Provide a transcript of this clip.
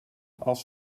als